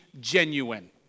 genuine